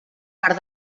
per